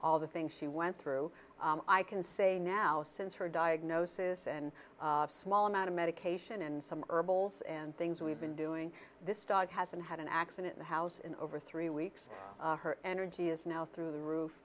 all the things she went through i can say now since her diagnosis and small amount of medication and some herbals and things we've been doing this dog hasn't had an accident the house in over three weeks her energy is now through the roof